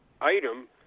item